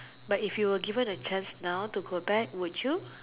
but if you were given a chance now to go back would you